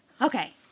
okay